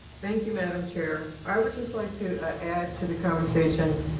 thank you madam chair. i would just like to add to the conversation.